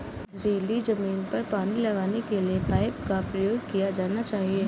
पथरीली ज़मीन पर पानी लगाने के किस पाइप का प्रयोग किया जाना चाहिए?